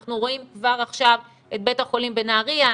אנחנו רואים כבר עכשיו את בית החולים בנהריה,